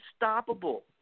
unstoppable